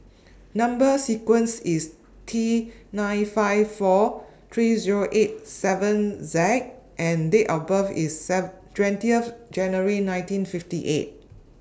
Number sequence IS T nine five four three Zero eight seven Z and Date of birth IS Save twenty January nineteen fifty eight